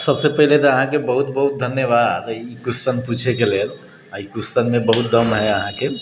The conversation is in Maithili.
सबसँ पहिले तऽ अहाँके बहुत बहुत धन्यवाद ई क्वेश्चन पूछैके लेल आओर ई क्वेश्चनमे बहुत दम हइ अहाँके